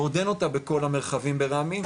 ועוד אין אותה בכל המרחבים ברמ"י,